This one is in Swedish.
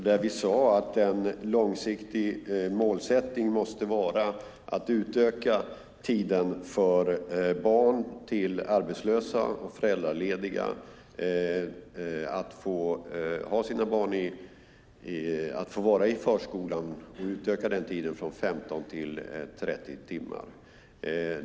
Där sade vi att en långsiktig målsättning måste vara att utöka tiden i förskolan för barn till arbetslösa och föräldralediga från 15 till 30 timmar.